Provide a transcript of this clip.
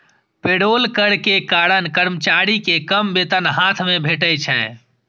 payroll कर के कारण कर्मचारी कें कम वेतन हाथ मे भेटै छै